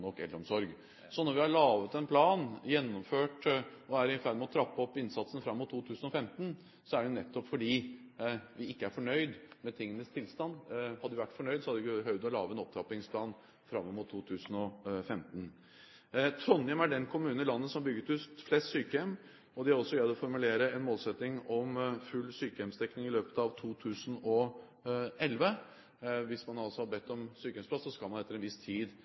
nok eldreomsorg. Når vi nå har lagd en plan, gjennomført, og er i ferd med å trappe opp innsatsen fram mot 2015, er det nettopp fordi vi ikke er fornøyd med tingenes tilstand. Hadde vi vært fornøyd, hadde vi ikke behøvd å lage en opptrappingsplan framover mot 2015. Trondheim er den kommunen i landet som har bygd ut flest sykehjem, og de har også greid å formulere en målsetting om full sykehjemsdekning i løpet av 2011. Hvis det er behov for sykehjemsplass, skal man etter en viss tid